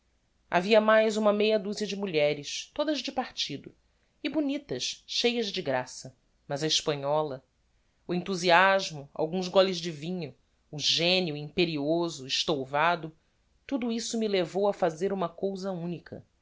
havia mais uma meia duzia de mulheres todas de partido e bonitas cheias de graça mas a hespanhola o enthusiasmo alguns goles de vinho o genio imperioso estouvado tudo isso me levou a fazer uma cousa unica